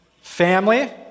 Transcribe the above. family